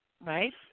right